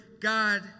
God